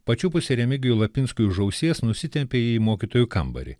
pačiupusi remigijui lapinskui už ausies nusitempė į mokytojų kambarį